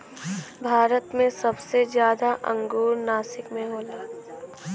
भारत मे सबसे जादा अंगूर नासिक मे होला